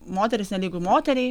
moteris nelygu moteriai